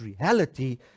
reality